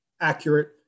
accurate